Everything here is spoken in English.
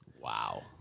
Wow